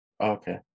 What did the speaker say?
Okay